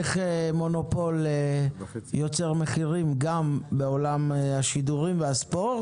איך מונופול יוצר מחירים גם בעולם השידורים והספורט,